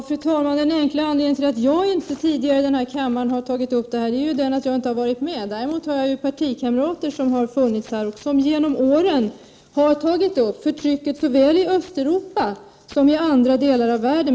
Fru talman! Den enkla anledningen till att jag inte tidigare har tagit upp de här sakerna i kammaren är ju att jag inte har varit med här. Däremot har jag partikamrater som funnits här och som genom åren har tagit upp förtrycket såväl i Östeuropa som i andra delar av världen.